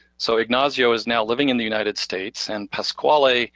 so ignacio is now living in the united states and pasquale